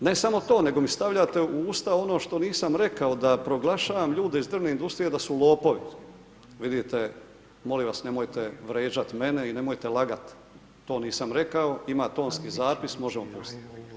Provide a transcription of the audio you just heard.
Vidite, ne samo to, nego mi stavljate u usta ono što nisam rekao, da proglašavam ljude iz drvne industrije da su lopovi, vidite, molim vas nemojte vrijeđati mene, i nemojte lagat, to nisam rekao, ima tonski zapis, možemo pustit.